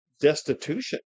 destitution